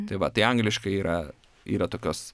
tai va tai angliškai yra yra tokios